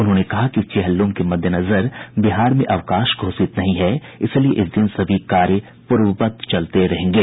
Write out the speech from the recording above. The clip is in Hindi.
उन्होंने कहा कि चेहल्लूम के मद्देनजर बिहार में अवकाश घोषित नहीं है इसलिए इस दिन सभी कार्य पूर्ववत चलते रहेंगे